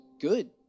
good